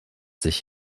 sich